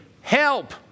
help